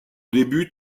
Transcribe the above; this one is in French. début